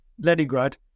leningrad